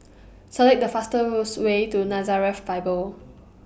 Select The fastest Way to Nazareth Bible